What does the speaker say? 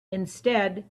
instead